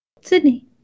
Sydney